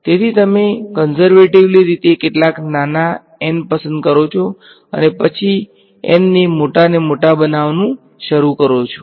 તેથી જો સમસ્યાનું કદ ખૂબ મોટું હોય તો તમારે ઈટરેટીવ રીતે કેટલાક નાના n પસંદ કરી શકો છો અને પછી n ને મોટા અને મોટા બનાવવાનું શરૂ કરી શકો છો